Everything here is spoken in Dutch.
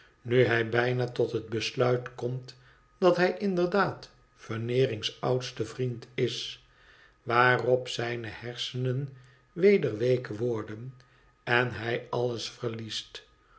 nu hij bijna tot het besluit komt dat hij inderdaad veneering's oudste vriend is waarop zijne hersenen weder week worden en hij alles verliest